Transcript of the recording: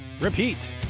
repeat